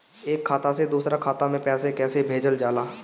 एक खाता से दुसरे खाता मे पैसा कैसे भेजल जाला?